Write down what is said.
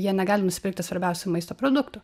jie negali nusipirkti svarbiausių maisto produktų